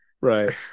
Right